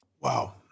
Wow